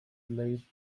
delayed